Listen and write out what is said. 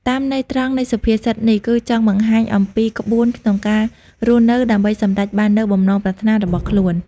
តាមន័យត្រង់នៃសុភាសិតនេះគឺចង់បង្ហាញអំពីក្បួនក្នុងការរស់នៅដើម្បីសម្រេចបាននូវបំណងប្រាថ្នារបស់ខ្លួន។